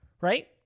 right